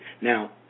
Now